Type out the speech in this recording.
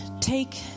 Take